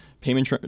Payment